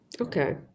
okay